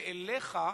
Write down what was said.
ואליך,